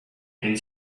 and